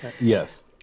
Yes